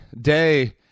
day